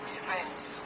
events